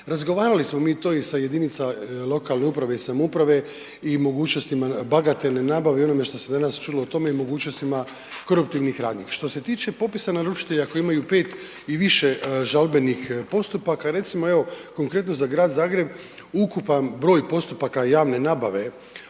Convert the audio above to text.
Razgovarali smo mi to i sa jedinicama lokalne uprave i samouprave i mogućnostima bagatelne nabave i onome što se danas čulo o tome i mogućnostima koruptivnih radnji. Šte se tiče popisa naručitelja koji imaju 5 i više žalbenih postupaka, recimo evo konkretno za grad Zagreb ukupan broj postupaka javne nabave